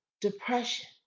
depression